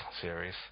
series